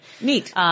Neat